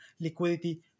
liquidity